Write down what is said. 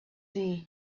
tea